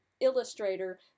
illustrator